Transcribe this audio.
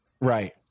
right